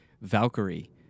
Valkyrie